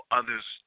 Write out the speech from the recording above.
others